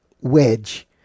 wedge